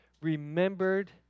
remembered